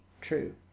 true